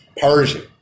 Persian